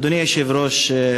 אדוני היושב-ראש,